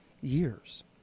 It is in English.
years